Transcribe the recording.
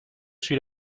suit